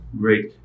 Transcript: Great